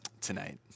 tonight